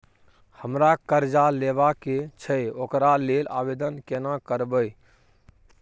हमरा कर्जा लेबा के छै ओकरा लेल आवेदन केना करबै?